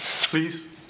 Please